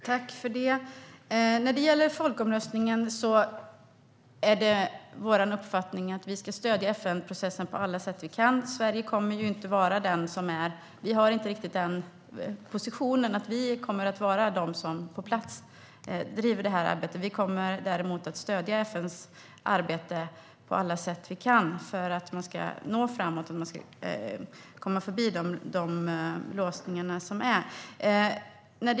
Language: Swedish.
Herr talman! När det gäller folkomröstningen är vår uppfattning att vi ska stödja FN-processen på alla sätt vi kan. Sverige har inte riktigt en position som gör att vi kommer att kunna vara de som på plats driver arbetet. Däremot kommer vi att stödja FN:s arbete på alla sätt vi kan för att man ska nå framåt och komma förbi de låsningar som finns.